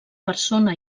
persona